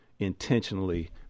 intentionally